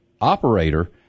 operator